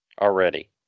already